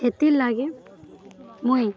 ହେଥିର୍ ଲାଗି ମୁଇଁ